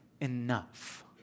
enough